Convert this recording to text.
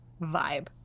vibe